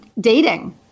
dating